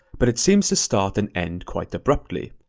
but it seems to start and end quite abruptly.